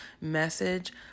message